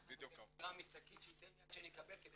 אני צריך --- שייתן לי עד שאני אקבל כדי